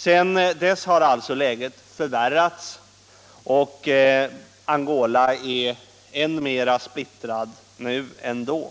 Sedan dess har alltså läget förvärrats, och Angola är än mera splittrat nu än då.